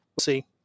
see